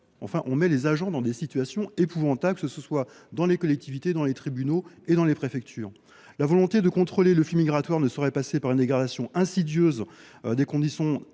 qui sont placés dans des situations épouvantables, que ce soit dans les collectivités, les tribunaux ou les préfectures. La volonté de contrôler les flux migratoires ne saurait passer par une détérioration insidieuse des conditions